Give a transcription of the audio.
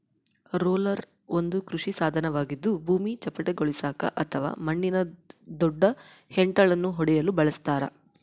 roller ಒಂದು ಕೃಷಿ ಸಾಧನವಾಗಿದ್ದು ಭೂಮಿ ಚಪ್ಪಟೆಗೊಳಿಸಾಕ ಅಥವಾ ಮಣ್ಣಿನ ದೊಡ್ಡ ಹೆಂಟೆಳನ್ನು ಒಡೆಯಲು ಬಳಸತಾರ